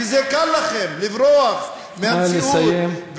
כי זה קל לכם לברוח מהמציאות, נא לסיים.